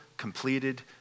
completed